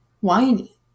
whiny